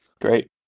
great